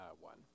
one